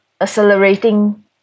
accelerating